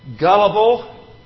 gullible